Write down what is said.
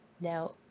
Now